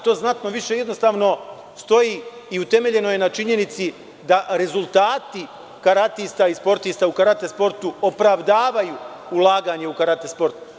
To znatno više jednostavno stoji i utemeljeno je na činjenici da rezultati karatista i sportista u karate sportu opravdavaju ulaganje u karate sport.